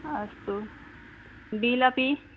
अस्तु बिल् अपि